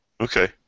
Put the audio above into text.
Okay